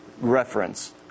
reference